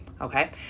okay